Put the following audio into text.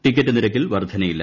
ticket നിരക്കിൽ വർദ്ധനയില്ല